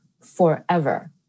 forever